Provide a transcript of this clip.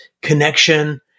connection